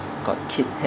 got kidnapped